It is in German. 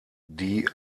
die